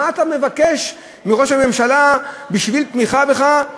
מה אתה מבקש מראש הממשלה, בשביל תמיכה בך,